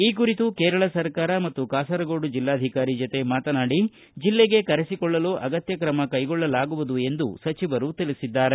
ಈ ಕುರಿತು ಕೇರಳ ಸರ್ಕಾರ ಮತ್ತು ಕಾಸರಗೋಡು ಜಿಲ್ಲಾಧಿಕಾರಿ ಜತೆ ಮಾತನಾಡಿ ಜಿಲ್ಲೆಗೆ ಕರೆಸಿಕೊಳ್ಳಲು ಅಗತ್ಯ ತ್ರಮ ಕೈಗೊಳ್ಳಲಾಗುವುದು ಎಂದು ಸಚಿವರು ತಿಳಿಸಿದರು